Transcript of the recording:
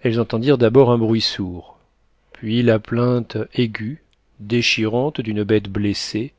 elles entendirent d'abord un bruit sourd puis la plainte aiguë déchirante d'une bête blessée